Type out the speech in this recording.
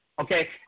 Okay